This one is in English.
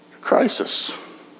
crisis